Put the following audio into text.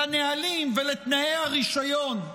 לנהלים ולתנאי הרישיון.